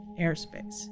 airspace